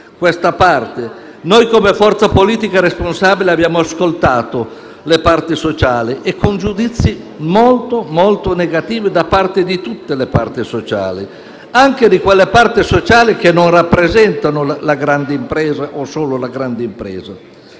questa parte. Noi, come forza politica responsabile, abbiamo ascoltato le parti sociali, con giudizi molto negativi, da parte di tutte le parti sociali, anche di quelle parti sociali che non rappresentano la grande impresa o solo la grande impresa.